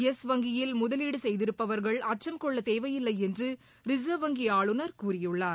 yes வங்கியில் முதலீடு செய்திருப்பவர்கள் அச்சும் கொள்ளத் தேவையில்லை என்று ரிசர்வ் வங்கி ஆளுநர் கூறியுள்ளார்